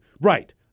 right